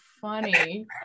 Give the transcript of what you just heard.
funny